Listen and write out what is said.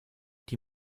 die